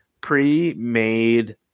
pre-made